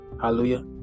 hallelujah